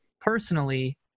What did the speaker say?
personally